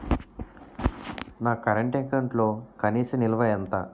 నా కరెంట్ అకౌంట్లో కనీస నిల్వ ఎంత?